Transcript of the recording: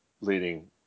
Leading